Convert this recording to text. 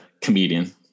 comedian